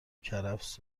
کرفس